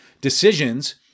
decisions